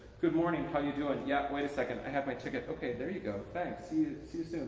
good morning. how you doing? yeah. wait a second. i have my ticket. ok. there you go. thanks. see you soon.